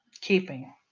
Keeping